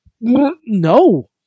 no